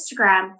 Instagram